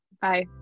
Bye